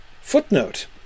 Footnote